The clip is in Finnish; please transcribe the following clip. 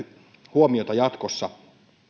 huomiota jatkossa